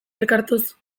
elkartuz